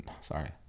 sorry